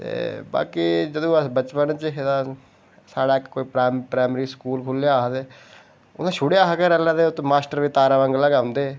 ते बाकी जदूं अस बचपन च हे तां साढ़े कोई प्राईमरी स्कूल खु'ल्लेआ हा ते उत्थै छुड़ेआ हा घरैआह्लें ते उत्थै मास्टर बी तारें मंगलें गै आंदे हे